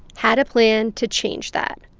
had a plan to change that.